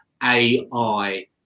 AI